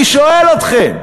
אני שואל אתכם: